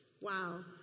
Wow